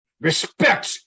Respect